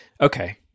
Okay